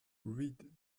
read